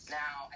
now